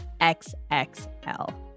XXL